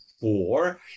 four